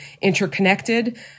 interconnected